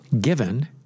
given